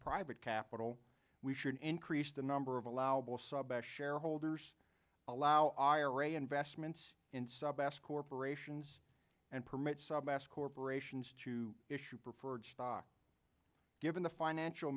private capital we should increase the number of allowable sub s shareholders allow ira investments in sub s corporations and permit sebas corporations to issue preferred stock given the financial